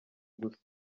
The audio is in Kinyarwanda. gusa